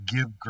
Give